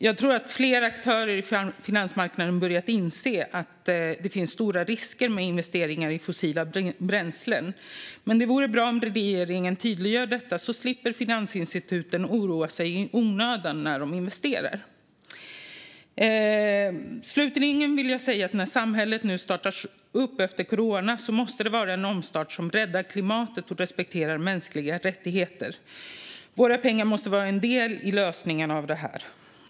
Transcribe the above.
Jag tror att flera aktörer på finansmarknaden har börjat inse att det finns stora risker med investeringar i fossila bränslen, men det vore bra om regeringen tydliggjorde detta, så att finansinstituten slipper att oroa sig i onödan när de investerar. Slutligen vill jag säga att när samhället nu startas upp efter corona måste det vara en omstart som räddar klimatet och respekterar mänskliga rättigheter. Våra pengar måste vara en del i lösningen av detta.